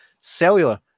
Cellular